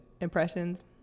impressions